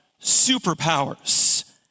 superpowers